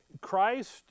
Christ